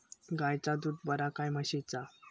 गायचा दूध बरा काय म्हशीचा?